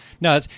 No